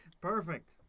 Perfect